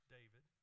David